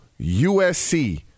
USC